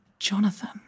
Jonathan